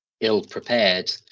ill-prepared